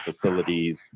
facilities